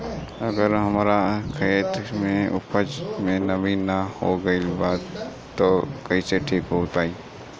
अगर हमार खेत में उपज में नमी न हो गइल बा त कइसे ठीक हो पाई?